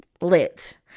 lit